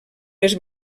les